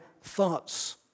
thoughts